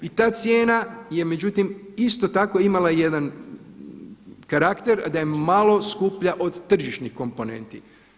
I ta cijena je međutim isto tako imala jedan karakter a da je malo skuplja od tržišnih komponenti.